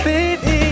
Baby